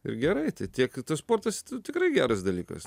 ir gerai tai tiek tas sportas tikrai geras dalykas